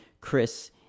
Chris